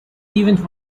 event